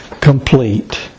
complete